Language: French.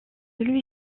celui